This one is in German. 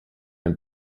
dem